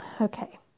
Okay